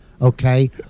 okay